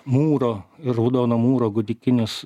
mūro raudono mūro gotikinės